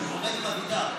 בשישי ושבת תגיד לו.